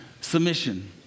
submission